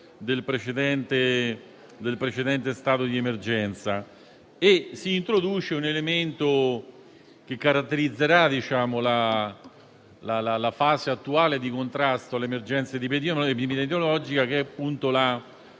del precedente stato di emergenza. Si introduce un elemento che caratterizzerà la fase attuale di contrasto alle emergenze epidemiologiche, che è l'obbligo